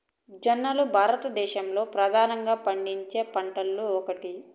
జొన్నలు భారతదేశంలో ప్రధానంగా పండించే పంటలలో ఒకటి